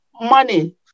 money